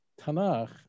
Tanakh